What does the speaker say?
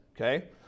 okay